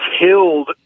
killed